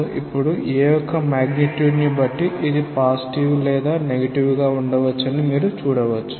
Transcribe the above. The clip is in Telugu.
కాబట్టి ఇప్పుడు a యొక్క మాగ్నిట్యూడ్ ని బట్టి ఇది పాజిటివ్ లేదా నెగిటివ్ గా ఉండవచ్చని మీరు చూడవచ్చు